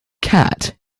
cat